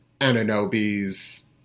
Ananobi's